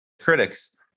critics